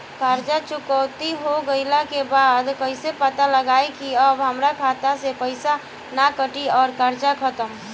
कर्जा चुकौती हो गइला के बाद कइसे पता लागी की अब हमरा खाता से पईसा ना कटी और कर्जा खत्म?